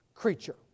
creature